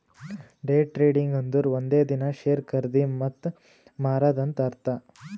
day trading ಅಂದುರ್ ಒಂದೇ ದಿನಾ ಶೇರ್ ಖರ್ದಿ ಮತ್ತ ಮಾರಾದ್ ಅಂತ್ ಅರ್ಥಾ